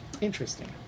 Interesting